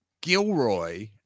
Gilroy